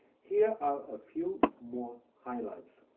here are a few more highlights.